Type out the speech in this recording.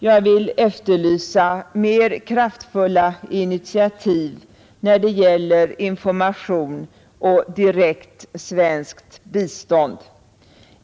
Jag efterlyser kraftfullare initiativ när det gäller information och direkt svenskt bistånd.